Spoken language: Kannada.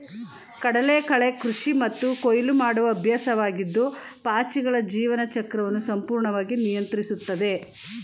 ಕಡಲಕಳೆ ಕೃಷಿ ಮತ್ತು ಕೊಯ್ಲು ಮಾಡುವ ಅಭ್ಯಾಸವಾಗಿದ್ದು ಪಾಚಿಗಳ ಜೀವನ ಚಕ್ರವನ್ನು ಸಂಪೂರ್ಣವಾಗಿ ನಿಯಂತ್ರಿಸ್ತದೆ